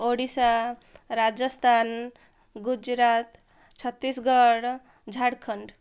Odisha Rajasthan Gujarat Chhattisgarh Jharkhand